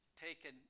taken